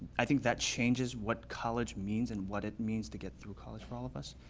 i think that changes what college means and what it means to get through college for all of us.